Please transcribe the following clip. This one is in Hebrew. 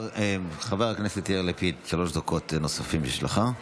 חבר הכנסת יאיר לפיד, שלוש דקות נוספות בשבילך.